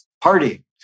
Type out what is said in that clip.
party